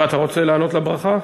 אתה רוצה לענות על הברכה?